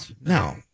no